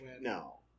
No